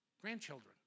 Grandchildren